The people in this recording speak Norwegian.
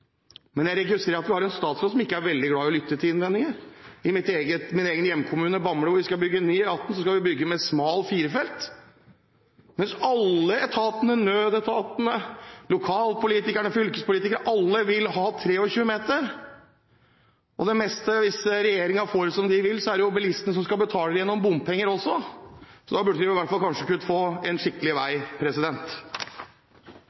men jeg registrerer jo at vi har en statsråd som ikke er veldig glad i å lytte til innvendinger. I min hjemkommune, Bamble, hvor vi skal bygge ny E18, skal vi bygge med smalt firefelt, mens alle etatene – nødetatene, lokalpolitikerne og fylkespolitikerne – vil ha 23 meter. Hvis regjeringen får det som den vil, er det jo bilistene som skal betale det meste av det gjennom bompenger også, så da burde vi vel i hvert fall kanskje kunne få en skikkelig vei.